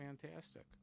fantastic